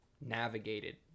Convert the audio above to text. navigated